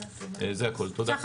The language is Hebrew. זה הכל, תודה.